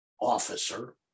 officer